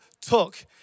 took